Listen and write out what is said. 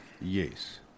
Yes